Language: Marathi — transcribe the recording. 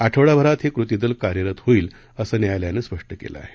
आठवडाभरात हे कृती दल कार्यरत होईल असं न्यायालयानं स्पष्ट केलं आहे